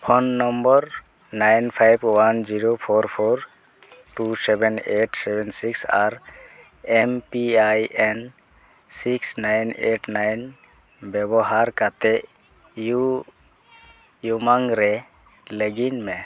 phone number nine five one zero four four two seven eight seven six ᱟᱨ M P I N six nine eight nine ᱵᱮᱵᱚᱦᱟᱨ ᱠᱟᱛᱮ ᱤᱭᱩ ᱩᱢᱟᱝ ᱨᱮ login ᱢᱮ